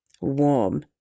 warm